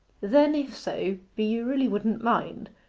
then if so be you really wouldn't mind,